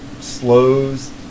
slows